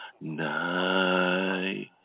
night